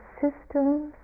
systems